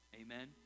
Amen